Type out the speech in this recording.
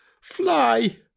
fly